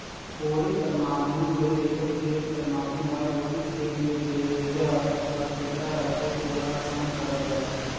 कोड़ी कर माध्यम ले एगोट खेत कर माटी ल ओहिच खेत मे जेजग हर टिकरा रहथे ओला सम करल जाथे